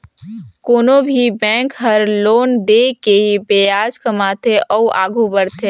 कोनो भी बेंक हर लोन दे के ही बियाज कमाथे अउ आघु बड़थे